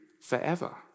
forever